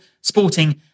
sporting